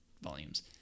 volumes